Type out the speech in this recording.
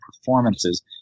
performances